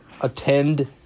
attend